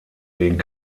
den